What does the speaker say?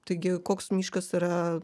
taigi koks miškas yra